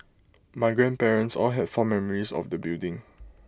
my grandparents all had fond memories of the building